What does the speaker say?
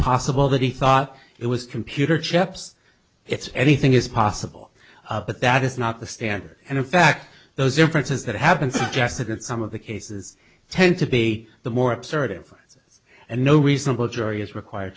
possible that he thought it was computer chips it's anything is possible but that is not the standard and in fact those differences that have been suggested in some of the cases tend to be the more assertive and no reasonable jury is required